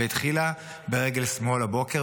והתחילה ברגל שמאל הבוקר,